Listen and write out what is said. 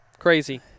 crazy